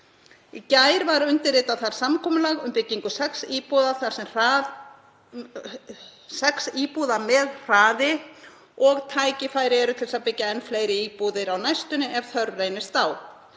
Í gær var undirritað samkomulag um byggingu sex íbúða þar með hraði og tækifæri eru til þess að byggja enn fleiri íbúðir á næstunni ef þörf reynist á.